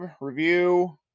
review